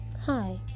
Hi